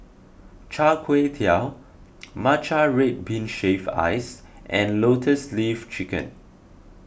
Char Kway Teow Matcha Red Bean Shaved Ice and Lotus Leaf Chicken